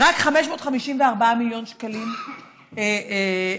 רק 554 מיליון שקלים הוצאו.